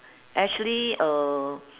actually uh